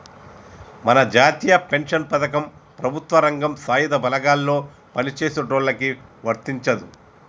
మన జాతీయ పెన్షన్ పథకం ప్రభుత్వ రంగం సాయుధ బలగాల్లో పని చేసేటోళ్ళకి వర్తించదు